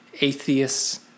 atheists